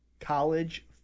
college